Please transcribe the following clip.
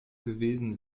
gewesen